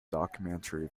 documentary